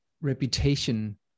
reputation